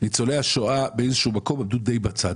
ניצולי השואה די עמדו בצד.